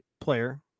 player